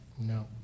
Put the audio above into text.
No